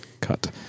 cut